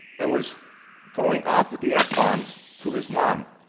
and was going off with the f-bombs to his mom,